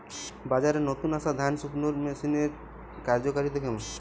বাজারে নতুন আসা ধান শুকনোর মেশিনের কার্যকারিতা কেমন?